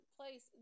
place